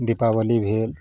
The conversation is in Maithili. दीपावली भेल